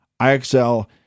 IXL